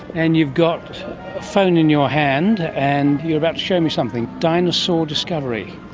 and you've got a phone in your hand, and you're about to show me something, dinosaur discovery.